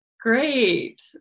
Great